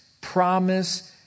promise